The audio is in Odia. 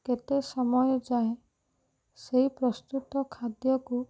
କେତେ ସମୟ ଯାଏଁ ସେଇ ପ୍ରସ୍ତୁତ ଖାଦ୍ୟକୁ